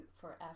forever